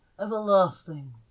everlasting